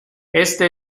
este